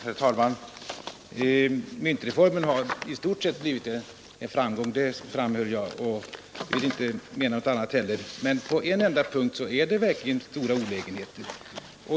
Herr talman! Jag framhöll att myntreformen i stort sett har blivit en framgång, och jag vill inte heller antyda något annat. Men på en enda punkt är det verkligen stora olägenheter.